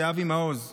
זה אבי מעוז מרשימתך,